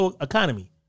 economy